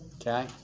Okay